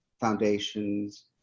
foundations